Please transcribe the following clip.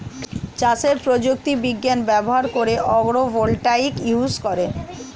চাষে প্রযুক্তি বিজ্ঞান ব্যবহার করে আগ্রো ভোল্টাইক ইউজ করে